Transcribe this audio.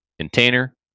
container